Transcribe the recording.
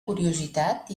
curiositat